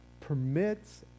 permits